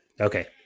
Okay